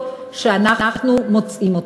האינהרנטיות שאנחנו מוצאים.